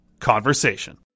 Conversation